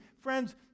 friends